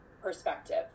perspective